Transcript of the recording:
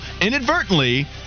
inadvertently